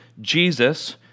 Jesus